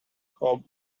hob